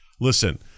Listen